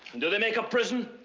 do they make a prison?